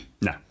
No